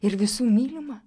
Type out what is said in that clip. ir visų mylima